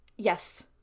Yes